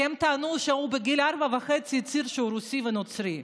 כי הם טענו שהוא בגיל ארבע וחצי הצהיר שהוא רוסי ונוצרי,